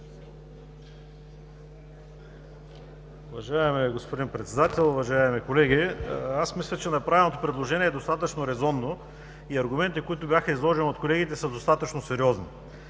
Уважаеми господин Председател, уважаеми колеги! Мисля, че направеното предложение е достатъчно резонно и аргументите, които бяха изложени от колегите, са достатъчно сериозни.